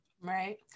Right